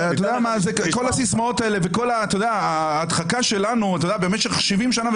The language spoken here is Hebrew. כל הסיסמאות האלה וכל ההדחקה שלנו במשך 70 שנה,